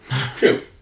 True